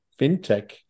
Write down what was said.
FinTech